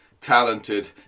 talented